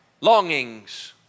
longings